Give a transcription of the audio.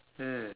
mm